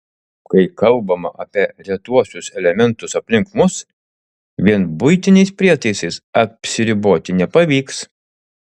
kai kalbama apie retuosius elementus aplink mus vien buitiniais prietaisais apsiriboti nepavyks